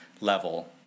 level